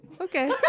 okay